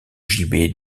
gibet